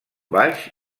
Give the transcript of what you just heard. baix